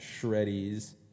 Shreddies